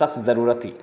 सख्त जरूरत अइ